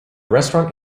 restaurant